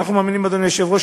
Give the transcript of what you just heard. אדוני היושב-ראש,